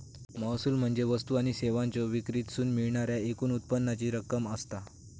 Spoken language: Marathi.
महसूल म्हणजे वस्तू आणि सेवांच्यो विक्रीतसून मिळणाऱ्या एकूण उत्पन्नाची रक्कम असता